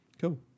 Cool